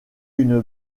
une